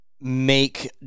make